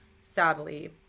sadly